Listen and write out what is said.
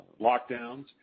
lockdowns